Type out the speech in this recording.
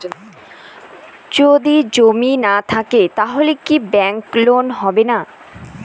যদি জমি না থাকে তাহলে কি ব্যাংক লোন হবে না?